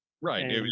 right